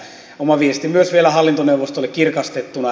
oma viestini myös vielä hallintoneuvostolle kirkastettuna